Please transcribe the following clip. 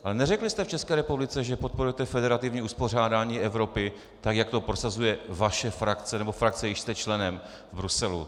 Ale neřekli jste v České republice, že podporujete federativní uspořádání Evropy, jak to prosazuje vaše frakce, nebo frakce, jíž jste členem v Bruselu.